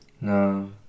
No